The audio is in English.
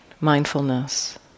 mindfulness